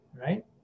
right